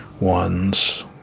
ones